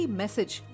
message